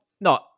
No